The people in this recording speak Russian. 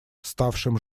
ставшим